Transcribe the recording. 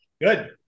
Good